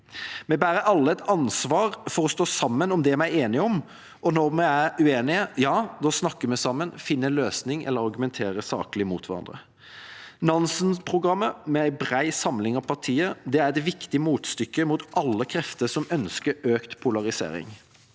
Vi bærer alle et ansvar for å stå sammen om det vi er enige om, og når vi er uenige, snakker vi sammen, finner en løsning eller argumenterer saklig mot hverandre. Nansen-programmet – med en bred samling av partier – er det viktige motstykket til alle krefter som ønsker økt polarisering.